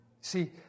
See